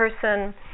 person